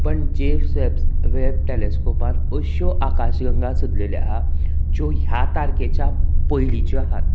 पण James Webb टॅलिस्कोपान अश्यो आकाशगंगा सोदलेल्यो आहा ज्यो ह्या तारखेच्या पयलींच्यो आहात